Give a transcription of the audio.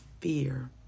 fear